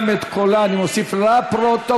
גם את קולה אני מוסיף לפרוטוקול,